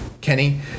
Kenny